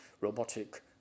robotic